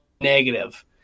negative